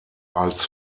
als